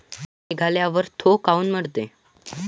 सोला निघाल्यावर थो काऊन मरते?